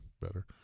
better